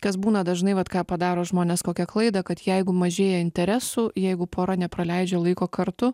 kas būna dažnai vat ką padaro žmonės kokią klaidą kad jeigu mažėja interesų jeigu pora nepraleidžia laiko kartu